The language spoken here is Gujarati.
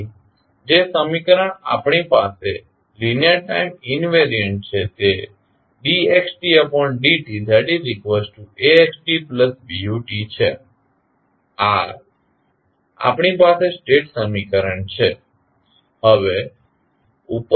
તેથી જે સમીકરણ આપણી પાસે લીનીઅર ટાઇમ ઇન્વેરીયંટ છે તે dxdtAxtBut છે આ આપણી પાસે સ્ટેટ સમીકરણ છે